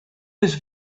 his